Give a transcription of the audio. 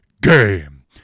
Game